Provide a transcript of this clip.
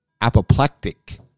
apoplectic